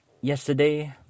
yesterday